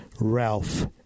Ralph